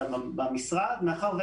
הנושא מוכר,